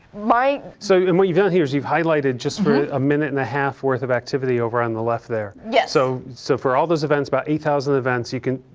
so, and what you've done here is you've highlighted just for a minute and a half worth of activity over on the left there, yeah so so for all those events, about eight thousand events, you can,